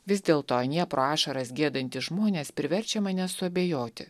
vis dėlto anie pro ašaras giedantys žmonės priverčia mane suabejoti